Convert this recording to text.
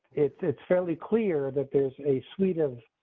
it's it's fairly clear that there's a suite of.